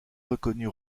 reconnu